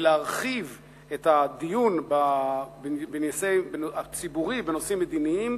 ולהרחיב את הדיון הציבורי בנושאים מדיניים,